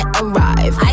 arrive